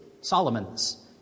Solomon's